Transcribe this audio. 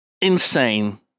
Insane